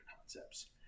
concepts